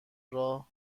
راه